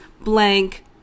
blank